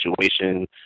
situation